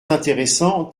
intéressant